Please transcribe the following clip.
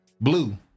Blue